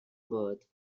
birth